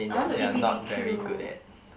I want to eat b_b_q